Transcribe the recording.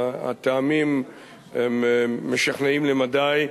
הטעמים הם משכנעים למדי.